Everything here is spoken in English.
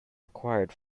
required